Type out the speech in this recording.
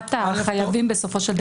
לטובת החייבים בסופו של דבר.